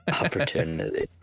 Opportunity